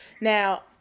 Now